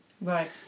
Right